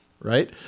right